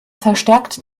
verstärkt